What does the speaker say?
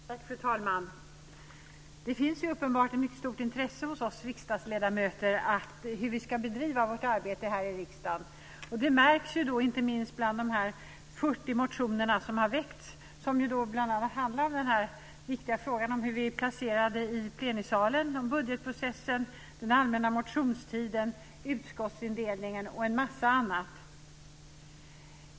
Fru talman! Det finns uppenbart ett mycket stort intresse hos oss riksdagsledamöter för hur vi ska bedriva vårt arbete här i riksdagen. Det märks inte minst av de 40 motioner som har väckts. Det handlar bl.a. om de viktiga frågorna hur vi är placerade i plenisalen, budgetprocessen, den allmänna motionstiden, utskottsindelningen och en massa annat.